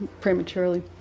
prematurely